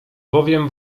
bowiem